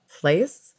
place